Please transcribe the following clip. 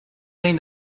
seen